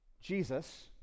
Jesus